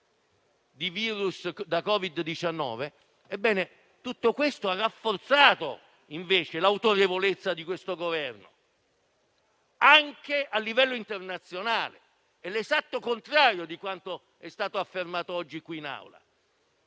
di virus Covid-19. Tutto questo ha rafforzato l'autorevolezza di questo Governo anche a livello internazionale. È l'esatto contrario di quanto è stato affermato oggi in Aula.